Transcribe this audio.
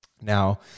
Now